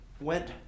went